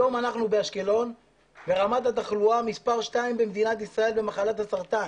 היום אנחנו באשקלון ברמת התחלואה מספר שתיים במדינת ישראל במחלת הסרטן.